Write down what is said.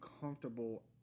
comfortable